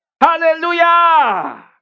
Hallelujah